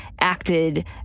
acted